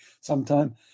sometime